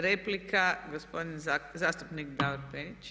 Replika, gospodin zastupnik Davor Penić.